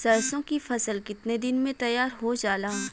सरसों की फसल कितने दिन में तैयार हो जाला?